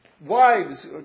wives